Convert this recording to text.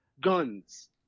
guns